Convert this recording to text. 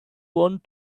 want